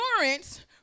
Endurance